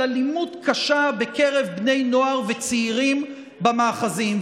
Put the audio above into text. אלימות קשה בקרב בני נוער וצעירים במאחזים.